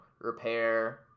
repair